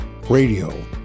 Radio